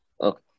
Okay